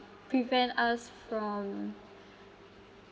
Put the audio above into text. prevent us from